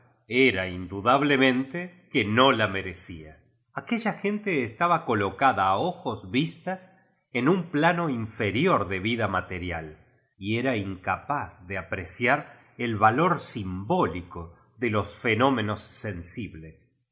erra üidudableineiite que nu la merecía aquella gente estaba colorada a ojos vistas en un plano inferior de vola material y era incapaz de apreciar el valor simbólico tic los fenómenos sensibles